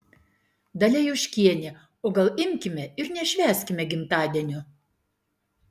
dalia juškienė o gal imkime ir nešvęskime gimtadienio